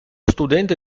studente